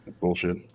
Bullshit